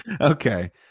Okay